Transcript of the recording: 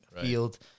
field